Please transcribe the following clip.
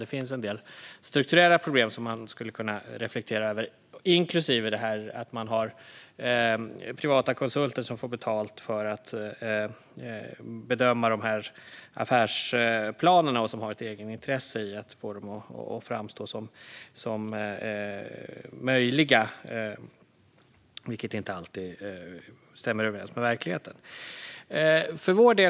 Det finns i stället strukturella problem som man skulle kunna fundera över - inklusive att man har privata konsulter som får betalt för att bedöma affärsplanerna och som har ett egenintresse i att få dem att framstå som möjliga, vilket inte alltid stämmer överens med verkligheten.